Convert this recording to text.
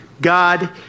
God